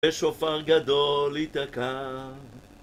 ושופר גדול ייתקע.